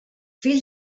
fill